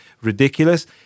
ridiculous